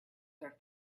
their